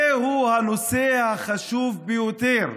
זהו הנושא החשוב ביותר,